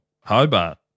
Hobart